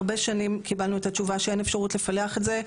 הרבה שנים קיבלנו את התשובה שאין אפשרות לפלח את זה,